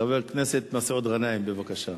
חבר הכנסת מסעוד גנאים, בבקשה.